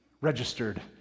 Registered